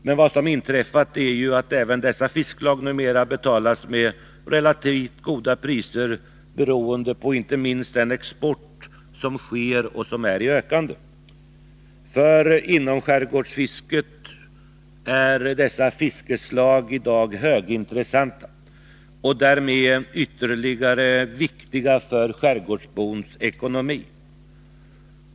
Men vad som inträffat är ju att även dessa fiskslag numera betalas med relativt goda priser, beroende på inte minst den export som sker och som är i ökande. För inomskärgårdsfisket är dessa fiskslag i dag högintressanta och därmed ytterligare viktiga för skärgårdsbons ekonomi.